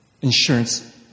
insurance